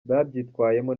babyitwayemo